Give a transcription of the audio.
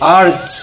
art